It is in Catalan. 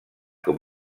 com